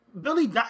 Billy